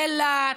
אילת,